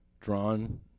drawn